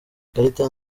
ikarita